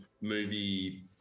movie